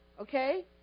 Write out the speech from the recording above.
okay